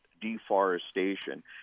deforestation